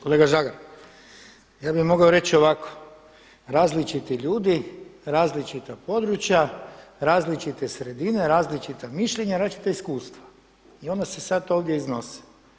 Kolega Žagar, ja bih vam mogao reći ovako, različiti ljudi, različita područja, različite sredine, različita mišljenja, različita iskustva i onda se sada ovdje iznose.